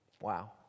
Wow